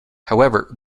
however